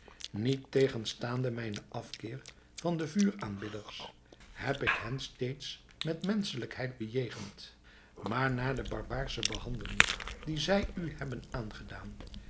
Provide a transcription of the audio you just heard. niettegenstaande mijnen afkeer van de vuuraanbidders heb ik hen steeds met menschelijkheid bejegend maar na de barbaarsche behandeling die zij u hebben aangedaan